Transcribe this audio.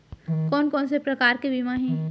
कोन कोन से प्रकार के बीमा हे?